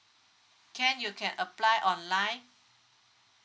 can you can apply online